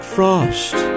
Frost